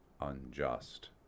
unjust